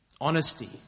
honesty